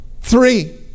three